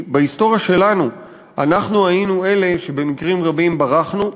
כי בהיסטוריה שלנו אנחנו היינו אלה שבמקרים רבים ברחנו,